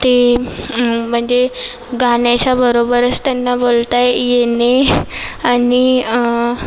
ती म्हणजे गाण्याच्या बरोबरच त्यांना बोलता येणे आणि